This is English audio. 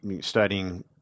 studying